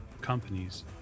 companies